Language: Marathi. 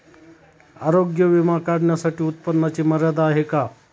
आरोग्य विमा काढण्यासाठी उत्पन्नाची मर्यादा आहे का?